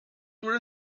were